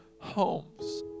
homes